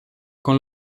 con